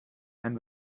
and